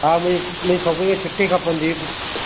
हा मुंहिंजी मुंहिंजी छोकिरी खे छुटी खपंदी हुई